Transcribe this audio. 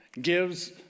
gives